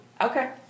okay